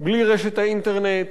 בלי רשת האינטרנט,